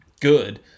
good